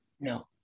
No